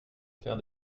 faire